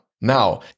Now